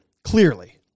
Clearly